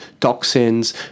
toxins